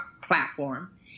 platform